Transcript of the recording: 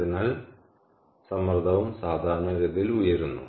അതിനാൽ സമ്മർദ്ദവും സാധാരണഗതിയിൽ ഉയരുന്നു